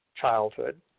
childhood